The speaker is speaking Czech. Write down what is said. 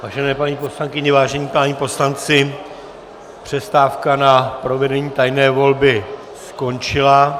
Vážené paní poslankyně, vážení páni poslanci, přestávka na provedení tajné volby skončila.